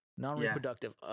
non-reproductive